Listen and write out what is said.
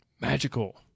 magical